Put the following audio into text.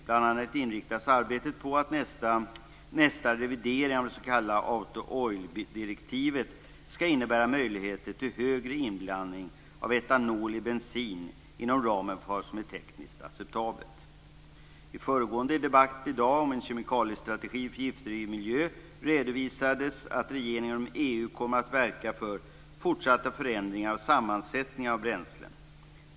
Bl.a. inriktas arbetet på att nästa revidering av det s.k. Auto/oil-direktivet ska innebära möjligheter till högre inblandning av etanol i bensin inom ramen för vad som är tekniskt acceptabelt. I föregående debatt i dag om en kemikaliestrategi för giftfri miljö redovisades att regeringen inom EU kommer att verka för fortsatta förändringar av sammansättningen av bränslen.